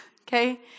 okay